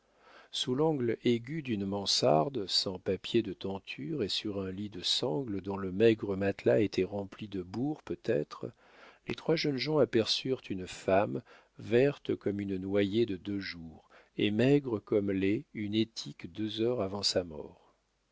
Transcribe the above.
sous l'angle aigu d'une mansarde sans papier de tenture et sur un lit de sangle dont le maigre matelas était rempli de bourre peut-être les trois jeunes gens aperçurent une femme verte comme une noyée de deux jours et maigre comme l'est une étique deux heures avant sa mort